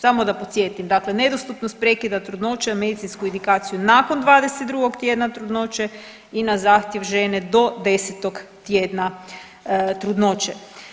Samo da podsjetim, dakle nedostupnost prekida trudnoće medicinsku idikaciju nakon 22. tjedna trudnoće i na zahtjev žene do 10. tjedna trudnoće.